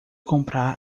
comprar